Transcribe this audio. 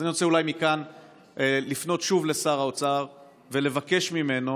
אני רוצה אולי מכאן לפנות שוב לשר האוצר ולבקש ממנו